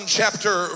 chapter